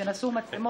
התשע"ח 2018 (תיקון),